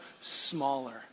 smaller